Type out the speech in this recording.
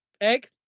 Egg